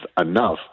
enough